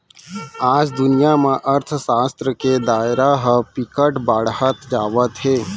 आज दुनिया म अर्थसास्त्र के दायरा ह बिकट बाड़हत जावत हे